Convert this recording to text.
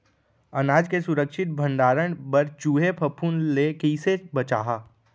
अनाज के सुरक्षित भण्डारण बर चूहे, फफूंद ले कैसे बचाहा?